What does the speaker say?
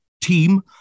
team